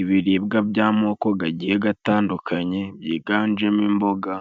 Ibiribwa by'amoko gagiye gatandukanye byiganjemo imboga,